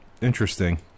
Interesting